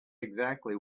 exactly